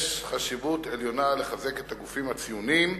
יש חשיבות עליונה לחיזוק הגופים הציוניים,